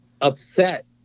upset